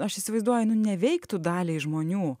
aš įsivaizduoju nu neveiktų daliai žmonių